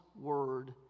word